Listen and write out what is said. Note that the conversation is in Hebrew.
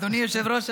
אדוני היושב-ראש,